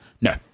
no